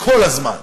כל הזמן?